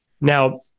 Now